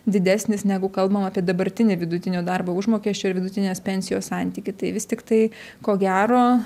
didesnis negu kalbam apie dabartinį vidutinio darbo užmokesčio ir vidutinės pensijos santykį tai vis tiktai ko gero